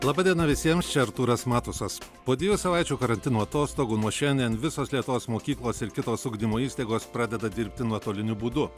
laba diena visiems čia artūras matusas po dviejų savaičių karantino atostogų nuo šiandien visos lietuvos mokyklos ir kitos ugdymo įstaigos pradeda dirbti nuotoliniu būdu